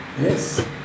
Yes